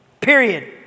Period